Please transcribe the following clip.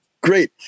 Great